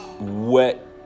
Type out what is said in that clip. wet